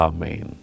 Amen